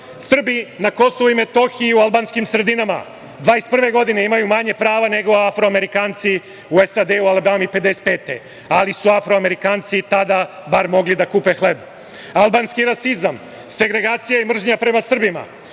Srbi na KiM u Albanskim sredinama, 2021. godine imaju manje prava nego afroamerikanci u SAD u Alabami 1955. godine, ali su afroamerikanci i tada bar mogli da kupe hleb. Albanski rasizam, segregacija i mržnja prema Srbima